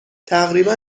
تقریبا